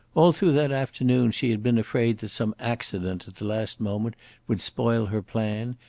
all through that afternoon she had been afraid that some accident at the last moment would spoil her plan,